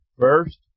First